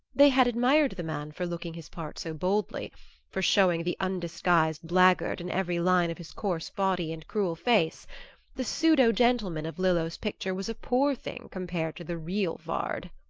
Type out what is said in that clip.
they had admired the man for looking his part so boldly for showing the undisguised blackguard in every line of his coarse body and cruel face the pseudo-gentleman of lillo's picture was a poor thing compared to the real vard.